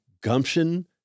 gumption